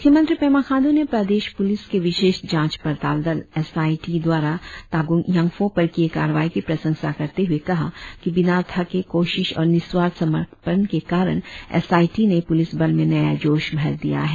मुख्यमंत्री पेमा खाण्डू ने प्रदेश पुलिस के विशेष जांच पड़ताल दलएस आई टी द्वारा तागुंग यांगफो पर किए कार्रवाई की प्रशंसा करते हुए कहा कि बिना थके कोशिश और निस्वार्थ समर्पण के कारण एस आई टी ने पुलिस बल में नया जोश भर दिया है